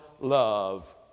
love